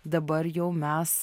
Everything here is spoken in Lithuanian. dabar jau mes